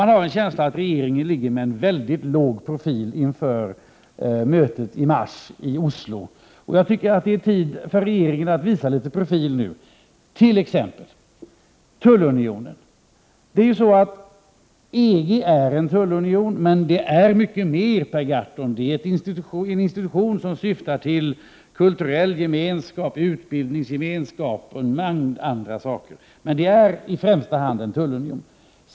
Jag har en känsla av att regeringen har en mycket låg profil inför mötet i Oslo i mars. Jag tycker att det är tid för regeringen att nu visa litet profil t.ex. när det gäller tullunionen. EG är ju en tullunion, men EG är mycket mer, Per Gahrton. EG är en institution som syftar till kulturell gemenskap, utbildningsgemenskap och en mängd andra saker. Men EG är framför allt en tullunion.